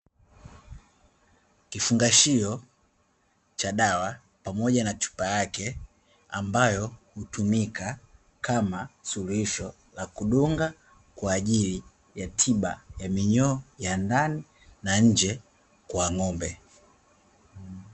Kifungashio cha dawa pamoja na chupa yake, ambayo hutumika kama suluhisho la kudunga, kwa ajili ya tiba ya minyoo ya ndani na nje kwa ng'ombe.